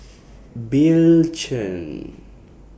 Bill Chen